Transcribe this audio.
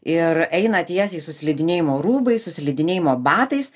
ir eina tiesiai su slidinėjimo rūbais su slidinėjimo batais